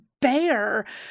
bear